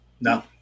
No